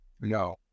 No